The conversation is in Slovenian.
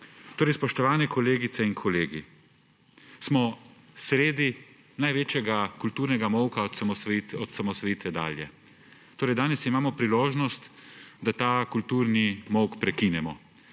spoštovani kolegice in kolegi, smo sredi največjega kulturnega molka od osamosvojitve dalje. Danes imamo priložnost, da ta kulturni molk prekinemo.